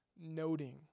noting